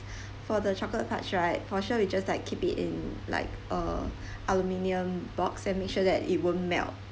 for the chocolate part right for sure we just like keep it in like uh aluminium box and make sure that it won't melt